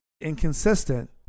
Inconsistent